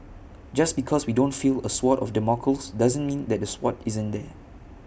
just because we don't feel A sword of Damocles doesn't mean that A sword isn't there